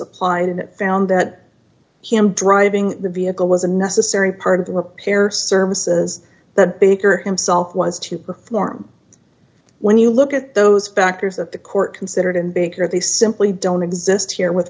applied and found that him driving the vehicle was a necessary part of the repair services that bigger himself was to perform when you look at those backers of the court considered and baker they simply don't exist here with